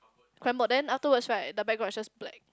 crumbled then afterwards right the background is just black